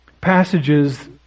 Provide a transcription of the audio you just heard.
passages